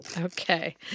Okay